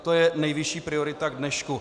To je nejvyšší priorita k dnešku.